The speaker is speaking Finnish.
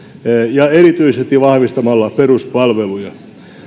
ja erityisesti vahvistamalla peruspalveluja